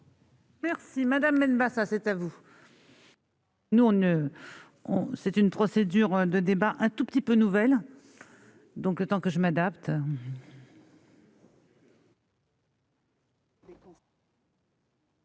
Merci madame Benbassa c'est à vous. Nous, on ne on c'est une procédure de débat un tout petit peu nouvelle, donc, le temps que je m'adapte.